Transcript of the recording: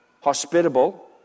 hospitable